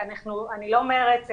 אני לא אומרת,